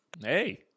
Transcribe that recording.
hey